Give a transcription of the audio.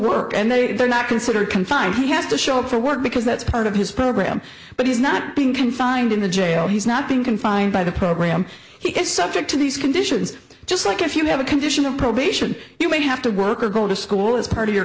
work and they are not considered confined he has to show up for work because that's part of his program but he's not being confined in the jail he's not being confined by the program he is subject to these conditions just like if you have a condition of probation you may have to work or go to school as part of your